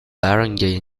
barangay